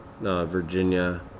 Virginia